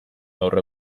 gaur